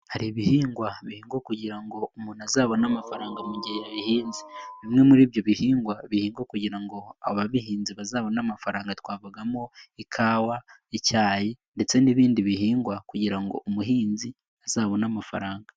Hari ibihingwa bihingwa kugira ngo umuntu azabone amafaranga mu gihe yabihinze, bimwe muri ibyo bihingwa bihingwa kugira ngo ababihinze bazabone amafaranga twabagamo ikawa, icyayi ndetse n'ibindi bihingwa kugira ngo umuhinzi azabone amafaranga.